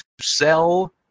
sell